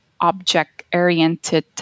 object-oriented